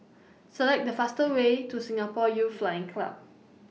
Select The faster Way to Singapore Youth Flying Club